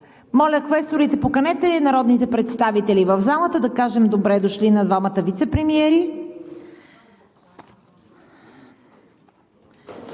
Моля, квесторите, поканете народните представители в залата. Да кажем добре дошли на двамата вицепремиери!